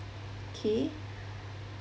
okay